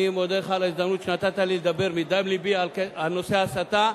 אני מודה לך על ההזדמנות שנתת לי לדבר בדם לבי על נושא ההסתה.